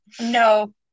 No